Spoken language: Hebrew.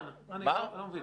חבר הכנסת שטרן, אני לא מבין.